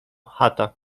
chata